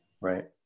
right